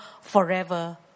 forever